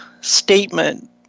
statement